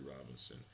Robinson